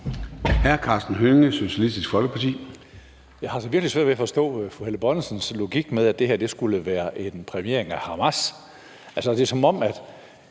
21:17 Karsten Hønge (SF): Jeg har altså virkelig svært ved at forstå fru Helle Bonnesens logik med, at det her skulle være en præmiering af Hamas. Altså, det er, som om